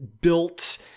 built